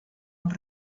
els